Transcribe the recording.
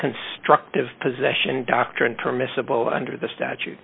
constructive possession doctrine permissible under the statu